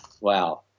Wow